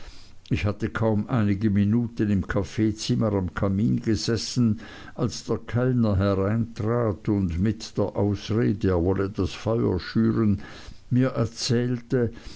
ich hatte kaum einige minuten im kaffeezimmer am kamin gesessen als der kellner hereintrat und mit der ausrede er wolle das feuer schüren mir erzählte